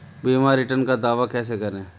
बीमा रिटर्न का दावा कैसे करें?